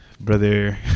brother